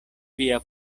via